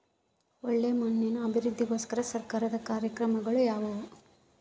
ಒಳ್ಳೆ ಮಣ್ಣಿನ ಅಭಿವೃದ್ಧಿಗೋಸ್ಕರ ಸರ್ಕಾರದ ಕಾರ್ಯಕ್ರಮಗಳು ಯಾವುವು?